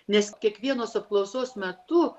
nes kiekvienos apklausos metu